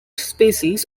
species